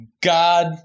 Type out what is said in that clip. God